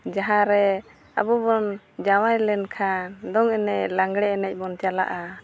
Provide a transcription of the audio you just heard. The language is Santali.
ᱡᱟᱦᱟᱸ ᱨᱮ ᱟᱵᱚ ᱵᱚᱱ ᱡᱟᱶᱟᱭ ᱞᱮᱱᱠᱷᱟᱱ ᱫᱚᱝ ᱮᱱᱮᱡ ᱞᱟᱜᱽᱬᱮ ᱮᱱᱮᱡ ᱵᱚᱱ ᱪᱟᱞᱟᱜᱼᱟ